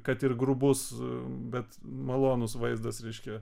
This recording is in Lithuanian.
kad ir grubus bet malonus vaizdas reiškia